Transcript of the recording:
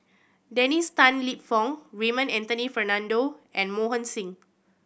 Dennis Tan Lip Fong Raymond Anthony Fernando and Mohan Singh